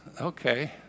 okay